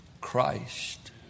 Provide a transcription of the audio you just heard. Christ